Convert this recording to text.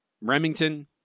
Remington